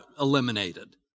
eliminated